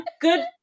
good